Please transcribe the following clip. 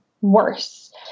worse